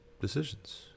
decisions